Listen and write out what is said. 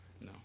No